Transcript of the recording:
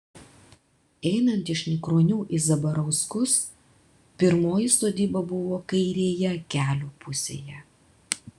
einant iš nikronių į zabarauskus pirmoji sodyba buvo kairėje kelio pusėje